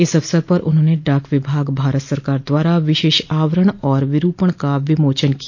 इस अवसर पर उन्होंने डाक विभाग भारत सरकार द्वारा विशेष आवरण और विरूपण का विमोचन किया